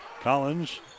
Collins